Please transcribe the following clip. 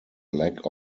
lack